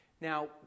Now